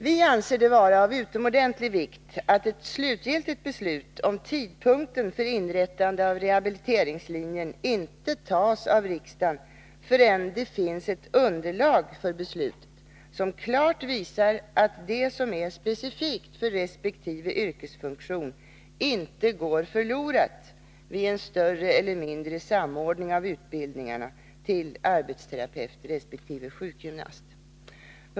Vi anser det vara av utomordentlig vikt att ett slutgiltigt beslut om tidpunkt för inrättande av rehabiliteringslinjen fattas av riksdagen, förrän det finns ett underlag för beslutet som klart visar att det som är specifikt för resp. yrkesfunktion inte går förlorat vid en större eller mindre samordning av utbildningarna till arbetsterapeut resp. sjukgymnast.